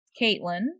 caitlin